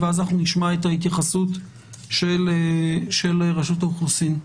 ואז נשמע את ההתייחסות של רשות האוכלוסין.